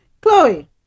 Chloe